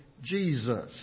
Jesus